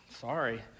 sorry